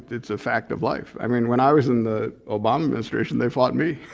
it's a fact of life. i mean when i was in the obama administration they fought me.